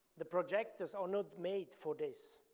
the projectors are not made for this,